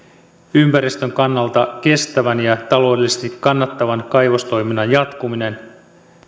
ympäristön kannalta kestävän ja taloudellisesti kannattavan kaivostoiminnan jatkuminen